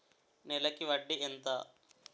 నెలకి వడ్డీ ఎంత?